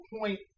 point